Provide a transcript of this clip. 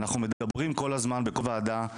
אנחנו מדברים כל הזמן בכל וועדה,